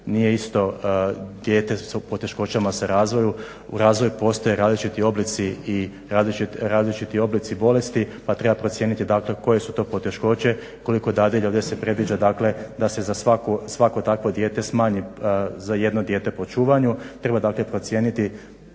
nije isto dijete s poteškoćama sa razvoju, u razvoju, postoje različiti oblici i različiti oblici bolesti pa treba procijeniti dakle koje su to poteškoće, koliko dadilja, ovdje se previđa dakle da se za svako takvo dijete smanji za jedno dijete po čuvanju,